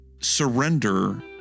surrender